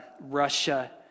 Russia